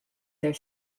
their